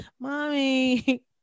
mommy